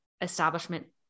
establishment